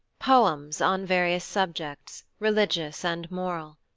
poems on various subjects, religious and moral.